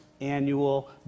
annual